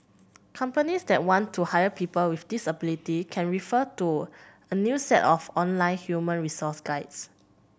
companies that want to hire people with disability can refer to a new set of online human resource guides